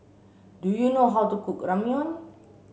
do you know how to cook Ramyeon